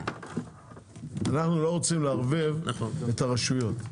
אנחנו לא רוצים לערבב את הרשויות,